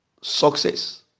success